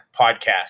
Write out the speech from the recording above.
podcast